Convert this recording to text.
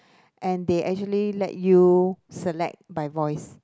and they actually let you select by voice